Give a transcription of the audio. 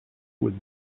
with